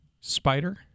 spider